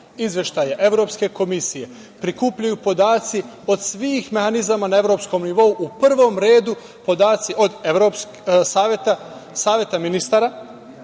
izveštaja Evropske komisije prikupljaju podaci od svih na evropskom nivou, u prvom redu podaci od Saveta ministara,